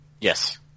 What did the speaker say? Yes